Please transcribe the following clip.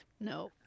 No